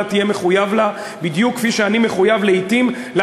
אתה תהיה מחויב לה בדיוק כפי שאני לעתים מחויב